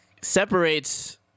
separates